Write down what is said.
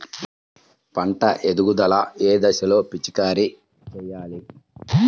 పంట ఎదుగుదల ఏ దశలో పిచికారీ చేయాలి?